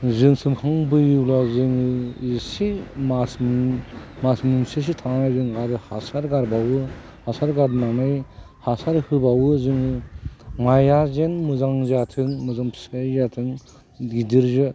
जों सोमखांबोयोब्ला जोंनि एसे मास मास मोनसेसो थांनानै जों हासार गारबावो हासार गारनानै हासार होबावो जों माइआ जेन मोजां जाथों मोजां फिथाइ जाथों गिदिर